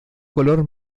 color